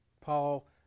Paul